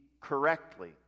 correctly